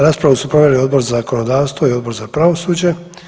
Raspravu su proveli Odbor za zakonodavstvo i Odbor za pravosuđe.